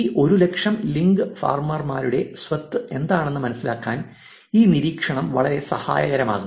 ഈ 100000 ലിങ്ക് ഫാർമേഴ്സിന്റെ സ്വത്ത് എന്താണെന്ന് മനസ്സിലാക്കാൻ ഈ നിരീക്ഷണം വളരെ സഹായകമാകും